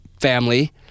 family